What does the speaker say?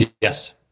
Yes